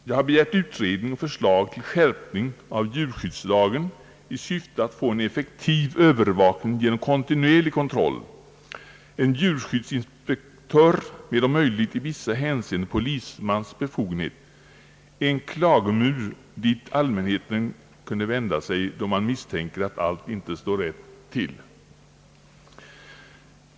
Jag har begärt utredning och förslag om skärpning av djurskyddslagen i syfte att få en effektiv övervakning genom kontinuerlig kontroll, en djurskyddsinspektör med om möjligt i vissa hänseenden polismans befogenhet, en klagomur dit allmänheten kunde vända sig då man misstänker att allt inte står rätt till.